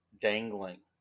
dangling